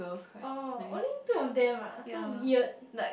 oh only two of them ah so weird